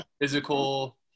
physical